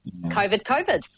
COVID-COVID